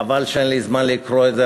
חבל שאין לי זמן לקרוא את זה,